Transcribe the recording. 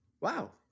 wow